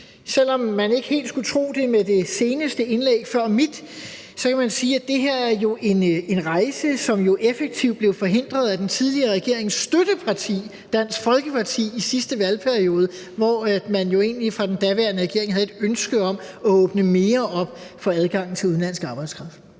Selv om man ikke helt skulle tro det med det indlæg før mit, kan man sige, at det her jo er en rejse, som effektivt blev forhindret af den tidligere regerings støtteparti, Dansk Folkeparti, i sidste valgperiode, hvor man jo egentlig fra den daværende regerings side havde et ønske om at åbne mere op for adgangen til udenlandsk arbejdskraft.